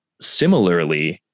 similarly